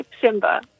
Simba